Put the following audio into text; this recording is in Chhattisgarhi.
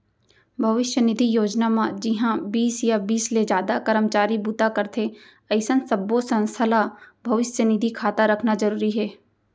भविस्य निधि योजना म जिंहा बीस या बीस ले जादा करमचारी बूता करथे अइसन सब्बो संस्था ल भविस्य निधि खाता रखना जरूरी हे